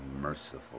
merciful